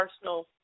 personal